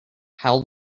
how